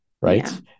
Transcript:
right